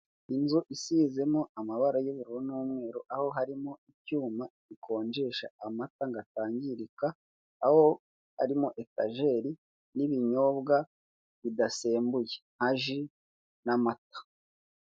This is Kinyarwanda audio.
Inzu isizemo amabara y'ubururu n'umweru, aho harimo icyuma bikonjesha amata ngo atangirika, aho harimo etajeri n'ibinyobwa bidasembuye nka ji n'amata.